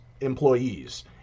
employees